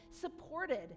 supported